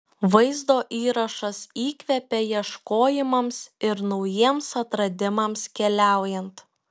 vaizdo įrašas įkvepia ieškojimams ir naujiems atradimams keliaujant